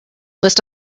list